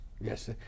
yes